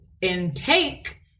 intake